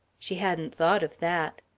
she hadn't thought of that.